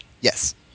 Yes